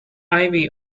ivy